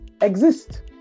exist